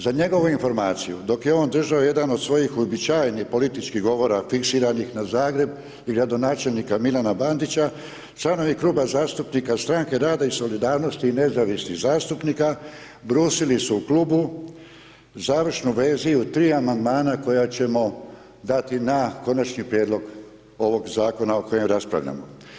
Za njegovu informaciju dok je on držao jedan od svojih uobičajenih političkih govora fiksiranih na Zagreb i gradonačelnika Milana Bandića, članovi Kluba zastupnika Stranke rada i solidarnosti i nezavisnih zastupnika brusili su u klubu završnu verziju tri amandmana koja ćemo dati na konačni prijedlog ovog zakona o kojem raspravljamo.